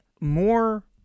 more